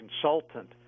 consultant